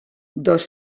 dos